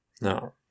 No